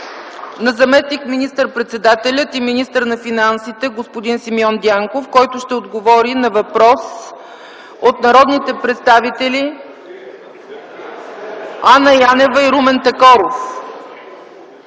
на заместник министър-председателя и министър на финансите господин Симеон Дянков, който ще отговори на въпрос от народните представители Ана Янева и Румен Такоров.